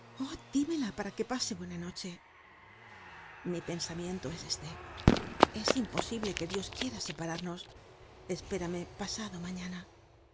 dímela para que pase buena noche mi pensamiento es este es imposible que dios quiera separarnos espérame pasado mañana